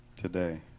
Today